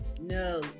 No